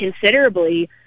considerably